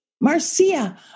Marcia